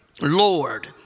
Lord